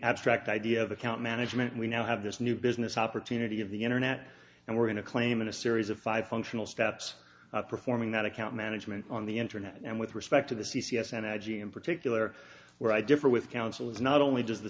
abstract idea of account management we now have this new business opportunity of the internet and we're going to claim in a series of five functional steps performing that account management on the internet and with respect to the c c s and i g in particular where i differ with counsel is not only does the